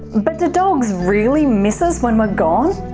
but do dogs really miss us when we're gone?